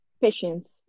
Patience